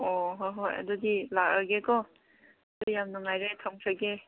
ꯑꯣ ꯍꯣꯏ ꯍꯣꯏ ꯑꯗꯨꯗꯤ ꯂꯥꯛꯂꯒꯦꯀꯣ ꯑꯗꯨꯗꯤ ꯌꯥꯝ ꯅꯨꯡꯉꯥꯏꯔꯦ ꯊꯝꯈ꯭ꯔꯒꯦ